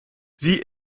sie